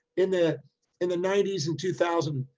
in the in the nineties and two thousand,